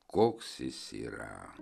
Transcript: koks jis yra